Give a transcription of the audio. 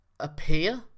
appear